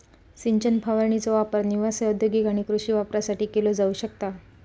सिंचन फवारणीचो वापर निवासी, औद्योगिक आणि कृषी वापरासाठी केलो जाऊ शकता